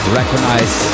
recognize